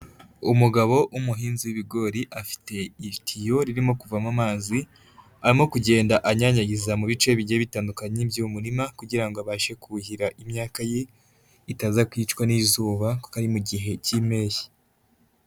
Umugabo w'umuhinzi w'ibigori afite itiyo ririmo kuvamo amazi, arimo kugenda anyanyagiza mu bice bigiye bitandukanye byo mu murima kugira ngo abashe kuhira imyaka ye itaza kwicwa n'izuba, kuko ari mu gihe cy'impeshyi.